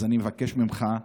אז אני מבקש ממך,